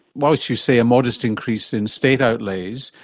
whilst you say a modest increase in state outlays,